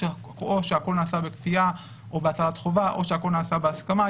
שהכל נעשה בכפייה או בהצעת חובה או שהכל נעשה בהסכמה.